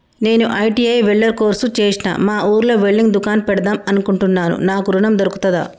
నేను ITI welder course చేశ్న మా ఊర్లో వెల్డింగ్ దుకాన్ పెడదాం అనుకుంటున్నా నాకు ఋణం దొర్కుతదా?